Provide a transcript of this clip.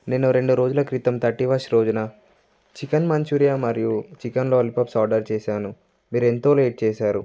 నేను రెండు రోజుల క్రితం థర్టీ ఫస్ట్ రోజున చికెన్ మంచూరియా మరియు చికెన్ లాలీపప్స్ ఆర్డర్ చేసాను మీరు ఎంతో లేట్ చేసారు